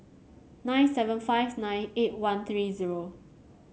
nine seven five nine eight one three zero